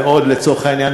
ולצורך העניין,